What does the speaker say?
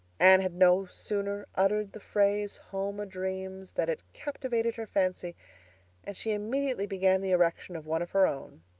anne had no sooner uttered the phrase, home o'dreams, than it captivated her fancy and she immediately began the erection of one of her own.